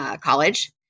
college